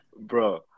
Bro